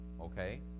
Okay